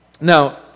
Now